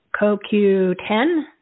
CoQ10